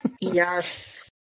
Yes